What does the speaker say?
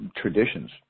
traditions